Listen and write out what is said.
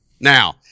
Now